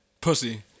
Pussy